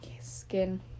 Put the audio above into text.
skin